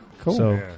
Cool